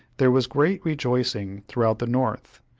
there was great rejoicing throughout the north.